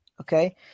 okay